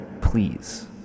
please